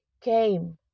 came